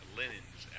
linens